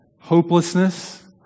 hopelessness